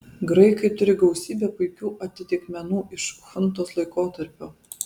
graikai turi gausybę puikių atitikmenų iš chuntos laikotarpio